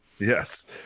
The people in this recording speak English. Yes